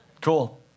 Cool